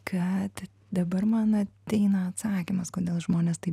kad dabar man ateina atsakymas kodėl žmonės taip